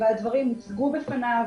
והדברים הוצגו בפניו,